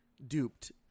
duped